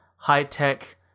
high-tech